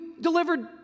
delivered